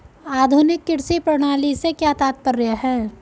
आधुनिक कृषि प्रणाली से क्या तात्पर्य है?